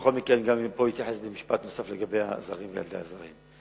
גם פה אתייחס במשפט נוסף לגבי הזרים וילדי הזרים.